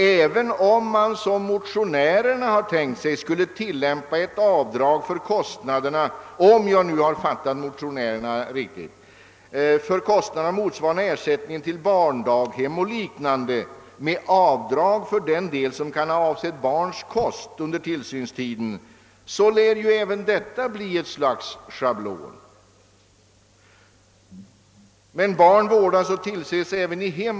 även om man, som motionärerna har tänkt sig, skulle tilllämpa ett avdrag för kostnaderna — om jag har fattat motionärerna rätt — motsvarande ersättningen till barndaghem och liknande med undantag för den del som kan avse ett barns kost under tillsynstiden, lär också detta bli ett slags schablon. Men barn vårdas och tillses även i hem.